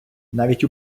навіть